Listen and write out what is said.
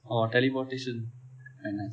oh teleportation nice